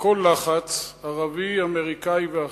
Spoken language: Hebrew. לכל לחץ, ערבי, אמריקני ואחר,